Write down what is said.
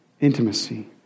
intimacy